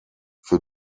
für